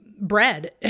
bread